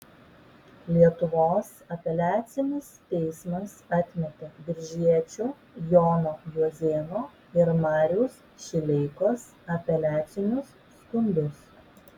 lietuvos apeliacinis teismas atmetė biržiečių jono juozėno ir mariaus šileikos apeliacinius skundus